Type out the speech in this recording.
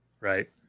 Right